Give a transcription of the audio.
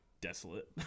desolate